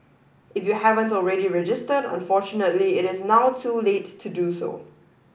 if you haven't already registered unfortunately it is now too late to do so